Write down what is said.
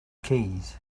keys